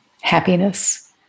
happiness